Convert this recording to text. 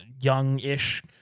young-ish